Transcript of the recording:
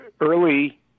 early